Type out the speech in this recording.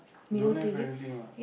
don't have anything what